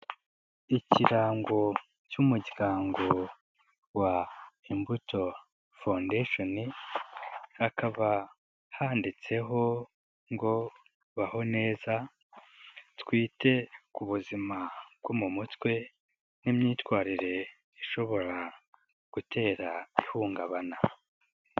Ikirango cy umuryango wa imbuto fondesheni, hakaba handitseho ngo baho neza, twite ku buzima bwo mu mutwe n'iimyitwarire ishobora gutera ihungabana.